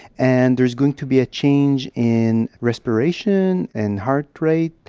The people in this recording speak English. and there's going to be a change in respiration and heart rate.